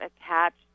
attached